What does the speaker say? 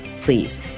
Please